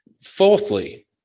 Fourthly